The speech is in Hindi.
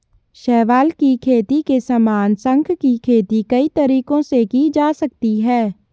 शैवाल की खेती के समान, शंख की खेती कई तरीकों से की जा सकती है